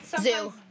Zoo